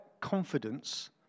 confidence